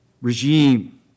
regime